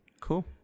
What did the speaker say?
cool